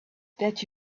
that